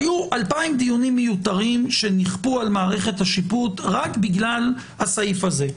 היו 2,000 דיונים מיותרים שנכפו על מערכת השיפוט רק בגלל הסעיף הזה.